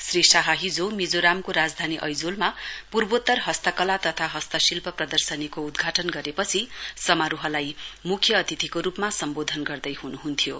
श्री शाह हिजो मिजोरामको राजधानी ऐजोलमा पूर्वोत्तर हस्तकला तथा हस्तशिल्प प्रदर्शनीको उद्घाटन गरेपछि समारोहलाई मुख्य अतिथिको रुपमा सम्वोधन गर्दै हुनुहुन्थ्यो